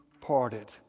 parted